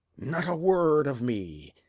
not a word of me.